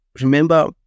Remember